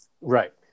Right